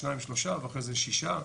שניים-שלושה ואחרי זה שישה,